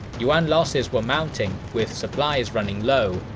yuan losses were mounting, with supplies running low,